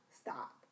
stop